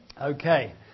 Okay